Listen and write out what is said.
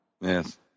Yes